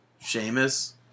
Sheamus